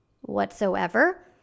whatsoever